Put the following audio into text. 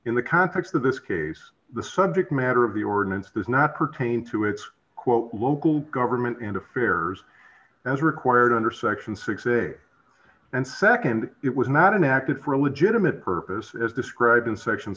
in the context of this case the subject matter of the ordinance does not pertain to its quote local government in affairs as required under section six a and nd it was not inactive for a legitimate purpose as described in section